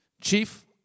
chief